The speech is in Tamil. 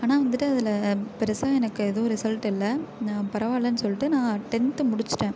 ஆனால் வந்துட்டு அதில் பெருசாக எனக்கு எதுவும் ரிசல்ட் இல்லை நான் பரவாயில்லேன்னு சொல்லிட்டு நான் டென்த் முடிச்சுட்டேன்